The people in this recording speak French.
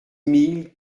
mille